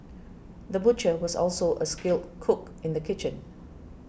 the butcher was also a skilled cook in the kitchen